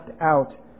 out